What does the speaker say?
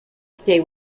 stay